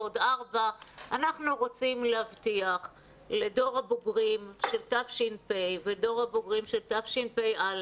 אנחנו רוצים להבטיח לדור הבוגרים של תש"ף ודור הבוגרים של תשפ"א